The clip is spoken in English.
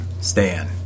Stan